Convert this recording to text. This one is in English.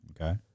Okay